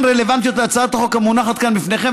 רלוונטיות להצעת החוק המונחת כעת בפניכם,